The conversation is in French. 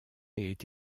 est